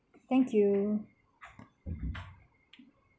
thank you